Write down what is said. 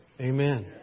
Amen